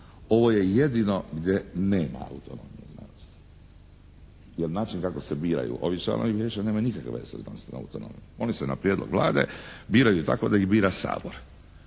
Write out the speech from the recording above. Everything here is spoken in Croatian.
Ovo je jedino gdje nema autonomije znanosti jer način kako se biraju ovi članovi Vijeća nemaju nikakve veze sa znanstvenom autonomijom. Oni se na prijedlog Vlade biraju tako da ih bira Sabor.